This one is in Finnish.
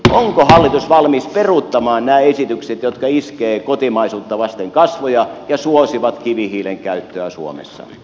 onko hallitus valmis peruuttamaan nämä esitykset jotka iskevät kotimaisuutta vasten kasvoja ja suosivat kivihiilen käyttöä suomessa